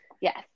Yes